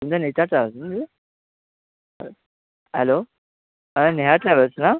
hello हां Neha travels ना